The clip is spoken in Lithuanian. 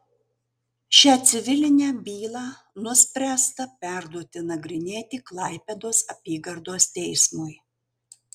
šią civilinę bylą nuspręsta perduoti nagrinėti klaipėdos apygardos teismui